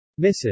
Mrs